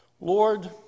Lord